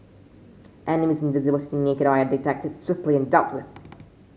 enemies invisible to naked eye are detected swiftly and dealt with